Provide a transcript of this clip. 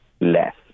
less